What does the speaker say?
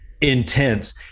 intense